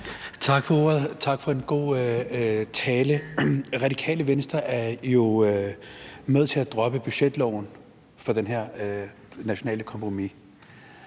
Tak for ordet, og tak for en god tale. Radikale Venstre er jo med til at droppe budgetloven for det her nationale kompromis.